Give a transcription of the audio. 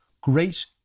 great